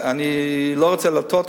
אני לא רוצה להטעות,